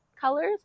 colors